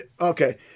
Okay